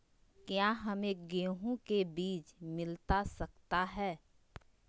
क्या हमे गेंहू के बीज मिलता सकता है?